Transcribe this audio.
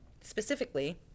specifically